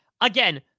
again